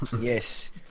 yes